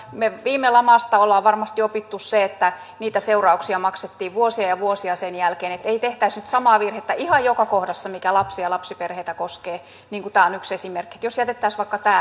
me viime lamasta olemme varmasti oppineet sen että niitä seurauksia maksettiin vuosia ja vuosia sen jälkeen niin että ei tehtäisi nyt samaa virhettä ihan joka kohdassa mikä lapsia ja lapsiperheitä koskee niin kuin tämä on yksi esimerkki jos jätettäisiin vaikka tämä